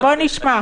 בוא נשמע.